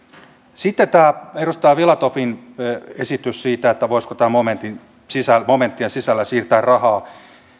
sitten tämä edustaja filatovin esitys siitä voisiko momenttien sisällä momenttien sisällä siirtää rahaa